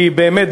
כי באמת,